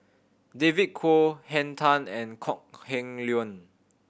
David Kwo Henn Tan and Kok Heng Leun